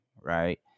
Right